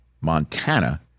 Montana